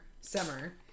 summer